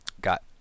got